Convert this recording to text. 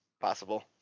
Possible